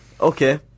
okay